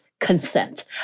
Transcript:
consent